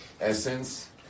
Essence